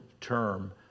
term